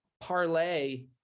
parlay